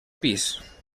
pis